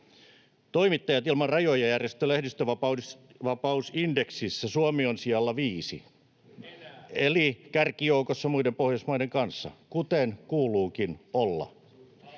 Toimittajat ilman rajoja ‑järjestön lehdistönvapausindeksissä Suomi on sijalla viisi [Vasemmalta: Enää!] eli kärkijoukossa muiden Pohjoismaiden kanssa, kuten kuuluukin olla.